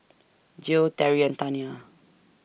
Gil Terrie and Taniyah